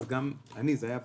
אז זה היה בסמכותי,